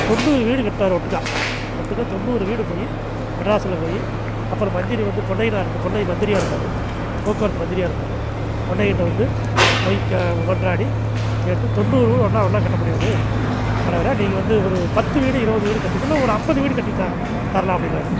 தொண்ணூறு வீடு கட்டினாரு ஒட்டுக்காக ஒட்டுக்காக தொண்ணூறு வீடு போய் மெட்ராஸில் போய் அப்புறம் மந்திரி வந்து பொன்னையனார் இந்த பொன்னையன் மந்திரியாக இருந்தார் போக்குவரத்து மந்திரியாக இருந்தார் பொன்னையன்கிட்ட வந்து போய் க மன்றாடி கேட்டு தொண்ணூறு வீடு ஒன்றா ஒன்றா கட்ட முடியாது தலைவரே நீங்கள் வந்து ஒரு பத்து வீடு இருபது வீடு கட்டுங்க இல்லை ஒரு அம்பது வீடு கட்டி த தரலாம் அப்படின்னாரு